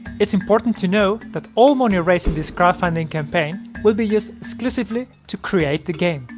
it's important to know that all money raised in this crowdfunding campaign will be used exclusively to create the game.